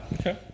Okay